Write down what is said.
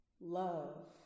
love